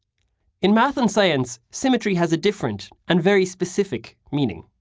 in math and science, symmetry has a different, and very specific, meaning.